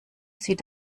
sieht